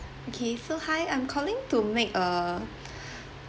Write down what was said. okay so hi I'm calling to make a